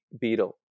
beetle